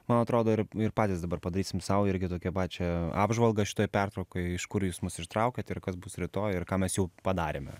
man atrodo ir ir patys dabar padarysim sau irgi tokią pačią apžvalgą šitoj pertraukoj iš kur jūs mus ištraukėt ir kas bus rytoj ir ką mes jau padarėme